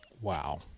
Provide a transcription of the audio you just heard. Wow